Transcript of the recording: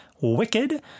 Wicked